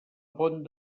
pont